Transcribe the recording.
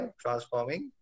transforming